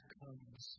comes